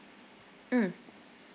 mm